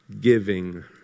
giving